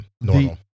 normal